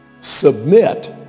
Submit